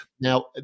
Now